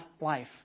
life